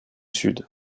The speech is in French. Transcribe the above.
sud